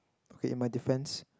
okay in my defense